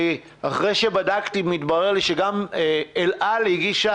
אחרי שבדקתי מתברר לי שגם אל על הגישה